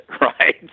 Right